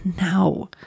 now